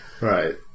right